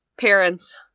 Parents